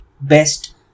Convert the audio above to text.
best